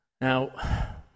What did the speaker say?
Now